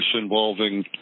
involving